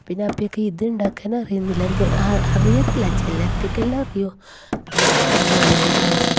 പിന്നെ അപ്പ്യക്ക് ഇതുണ്ടാക്കാന് അറിയില്ല എന്ത് അറിയത്തില്ല ചില അപ്യക്ക് എല്ലാം അറിയും പിന്നെ കടല വേണേന്റെ പായസം